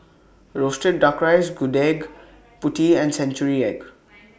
Roasted Duck Rice Gudeg Putih and Century Egg